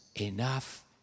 enough